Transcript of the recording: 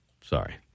Sorry